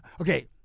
okay